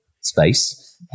space